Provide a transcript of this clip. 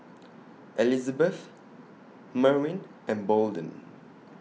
Elizebeth Merwin and Bolden